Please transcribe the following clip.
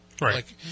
Right